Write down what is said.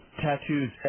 tattoos